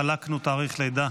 חלקנו תאריך לידה,